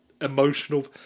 emotional